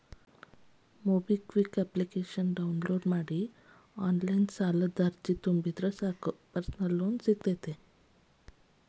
MobiKwik application download ಮಾಡಿ online ಸಾಲದ ಅರ್ಜಿನ ತುಂಬಿದ್ರ ಸಾಕ್ ಪರ್ಸನಲ್ ಲೋನ್ ಸಿಗತ್ತ